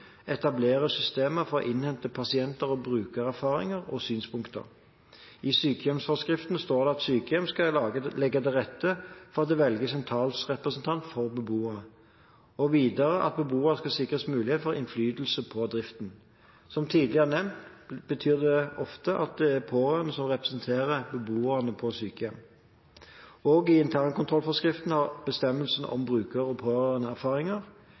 systemer for å innhente pasienters og brukeres erfaringer og synspunkter. I sykehjemsforskriften står det at sykehjem skal legge til rette for at det velges en talsrepresentant for beboerne. Videre står det at beboerne skal sikres mulighet for innflytelse på driften. Som tidligere nevnt betyr det ofte at det er pårørende som representerer beboerne på sykehjem. Òg internkontrollforskriften har bestemmelser om bruker- og